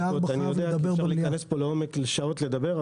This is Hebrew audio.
אפשר להיכנס פה לעומק שעות לדבר,